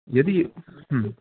यदि